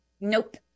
nope